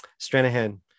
Stranahan